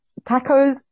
tacos